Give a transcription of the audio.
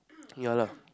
yeah lah